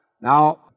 Now